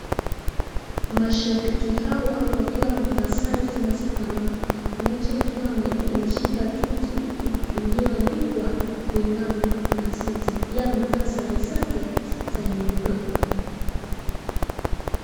Mashabiki hawa wakiwa wamevaa sare zinazofanana. Mmoja akiwa ameshika kitu iliyoandikwa we now need mancity . Yeye amevaa sare zake za nyeupe.